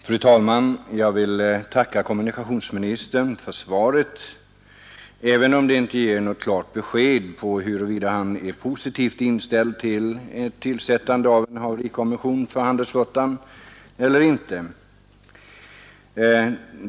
Fru talman! Jag vill tacka kommunikationsministern för svaret, även om det inte ger något klart besked om huruvida han är positivt inställd till tillsättandet av en haverikommission för handelsflottan eller inte.